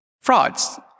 frauds